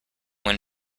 when